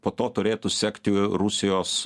po to turėtų sekti rusijos